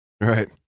Right